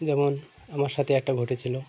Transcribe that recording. যেমন আমার সাথে একটা ঘটেছিল